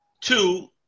Two